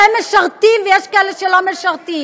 מפלה שהם משרתים, ויש כאלה שלא משרתים.